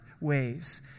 ways